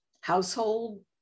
household